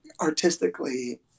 artistically